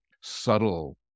subtle